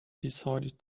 decided